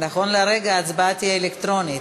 נכון לרגע זה ההצבעה תהיה אלקטרונית,